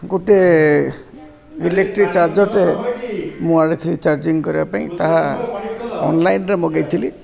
ଗୋଟେ ଇଲେକ୍ଟ୍ରିକ୍ ଚାର୍ଜରଟେ ମୁଁ ଆଣିଥିଲି ଚାର୍ଜିଂ କରିବା ପାଇଁ ତାହା ଅନଲାଇନ୍ରେ ମଗେଇଥିଲି